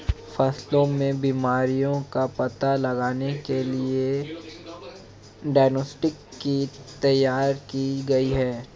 फसलों में बीमारियों का पता लगाने के लिए डायग्नोस्टिक किट तैयार किए गए हैं